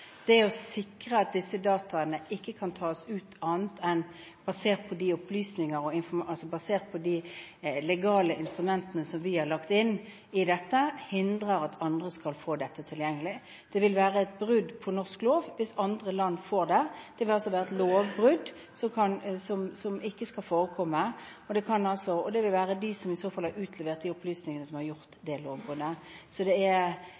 Det å sikre at disse dataene ikke kan tas ut – annet enn basert på de legale instrumentene som vi har lagt inn i dette – hindrer at de blir tilgjengelig for andre. Det vil være brudd på norsk lov hvis andre land får dette – et lovbrudd som ikke skal forekomme. Det vil i så fall være de som har utlevert opplysningene, som har begått lovbruddet. De opplysningene som hentes ut, skal altså følge personvernspørsmålene. Det kan på et tidspunkt selvfølgelig hentes ut opplysninger om personer som er mistenkt for å ville gjøre noe. Da er